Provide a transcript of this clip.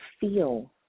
feel